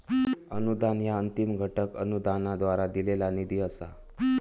अनुदान ह्या अंतिम घटक अनुदानाद्वारा दिलेला निधी असा